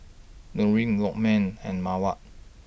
Nurin Lokman and Mawar